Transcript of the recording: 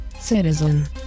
citizen